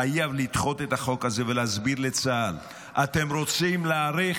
חייבים לדחות את החוק הזה ולהסביר לצה"ל: אתם רוצים להאריך?